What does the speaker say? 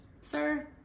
sir